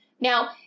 Now